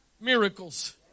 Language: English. miracles